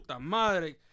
madre